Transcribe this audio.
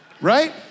right